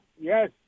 Yes